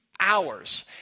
hours